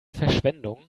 verschwendung